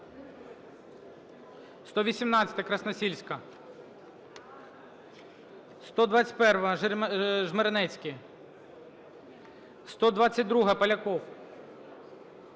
118-а, Красносільська. 121-а, Жмеренецький. 122-а, Поляков.